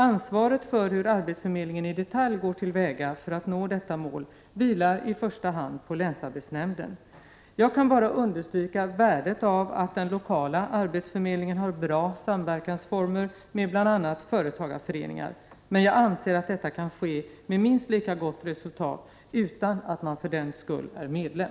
Ansvaret för hur arbetsförmedlingen i detalj går till väga för att nå detta mål vilar i första hand på länsarbetsnämnden. Jag kan bara understryka värdet av att den lokala arbetsförmedlingen har bra samverkansformer med bl.a. företagarföreningar, men jag anser att detta kan ske med minst lika gott resultat utan att man för den skull är medlem.